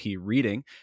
reading